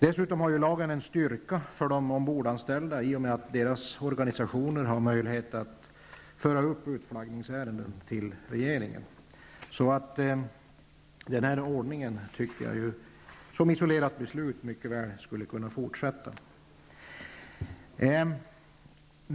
Dessutom har lagen en styrka för de ombordanställda i och med att deras organisationer har möjlighet att föra upp utflaggningsärenden till regeringen. Sett som isolerat beslut borde denna ordning därför kunna vara kvar.